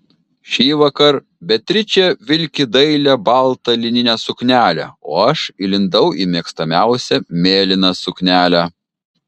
šįvakar beatričė vilki dailią baltą lininę suknelę o aš įlindau į mėgstamiausią mėlyną suknelę